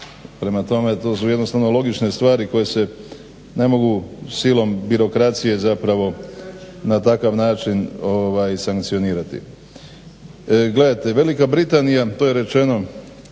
Prema tome to su jednostavno logične stvari koje se ne mogu silom birokracije zapravo na takav način ovaj sankcionirati. Gledajte Velika Britanija to je rečeno